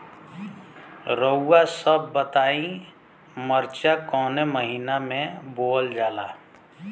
रउआ सभ बताई मरचा कवने महीना में बोवल जाला?